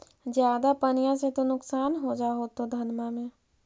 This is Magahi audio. ज्यादा पनिया से तो नुक्सान हो जा होतो धनमा में?